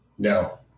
No